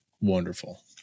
Wonderful